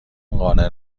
قانع